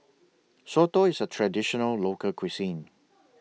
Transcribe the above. Soto IS A Traditional Local Cuisine